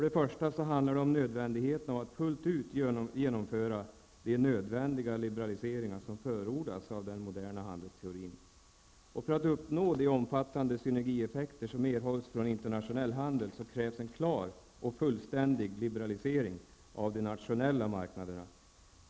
Detta handlar om nödvändigheten av att fullt ut genomföra de nödvändiga liberaliseringar som förordas av den moderna handelsteorin. För att uppnå de omfattande synergieffekter som erhålls från internationell handel krävs en klar och fullständig liberalisering av de nationella marknaderna.